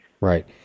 Right